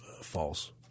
false